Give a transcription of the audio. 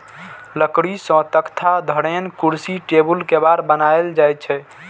लकड़ी सं तख्ता, धरेन, कुर्सी, टेबुल, केबाड़ बनाएल जाइ छै